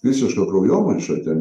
visiška kraujomaiša ten